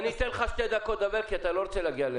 אני אתן לך שתי דקות לדבר כי אתה לא רוצה להגיע,